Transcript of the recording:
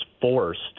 forced